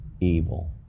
evil